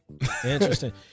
interesting